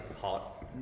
hot